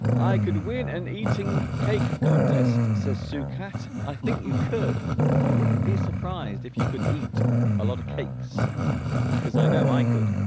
i could win an eating cake contest says tsukete but i think you could i wouldn't be surprised if you could eat a lot of cakes because i know i could